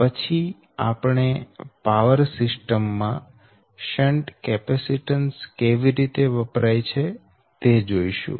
પછી આપણે power system માં શંટ કેપેસીટન્સ કેવી રીતે વપરાય છે તે જોઈશું